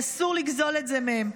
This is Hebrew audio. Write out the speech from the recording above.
אסור לגזול את זה מהם.